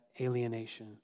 alienation